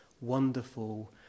Wonderful